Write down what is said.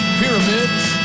pyramids